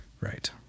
Right